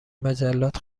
مجلات